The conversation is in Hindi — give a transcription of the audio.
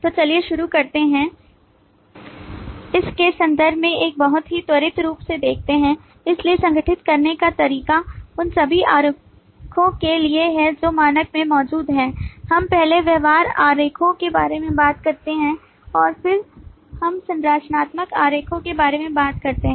तो चलिए शुरू करते हैं इस के संदर्भ में एक बहुत ही त्वरित रूप से देखते हैं इसलिए संगठित करने का तरीका उन सभी आरेखों के लिए है जो मानक में मौजूद हैं हम पहले व्यवहार आरेखों के बारे में बात करते हैं और फिर हम संरचनात्मक आरेखों के बारे में बात करते हैं